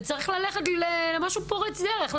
צריך לחשוב על משהו פורץ דרך.